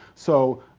so,